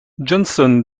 johnson